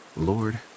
Lord